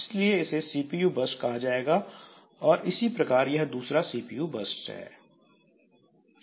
इसलिए इसे CPU bursts कहा जाएगा और इसी प्रकार यह दूसरा सीपीयू बर्स्ट्स है